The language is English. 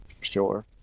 Sure